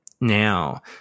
now